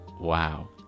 wow